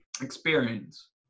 experience